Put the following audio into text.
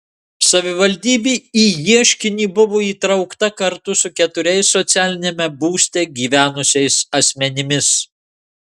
savivaldybė į ieškinį buvo įtraukta kartu su keturiais socialiniame būste gyvenusiais asmenimis